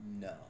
No